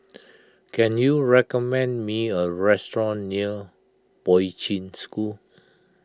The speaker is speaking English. can you recommend me a restaurant near Poi Ching School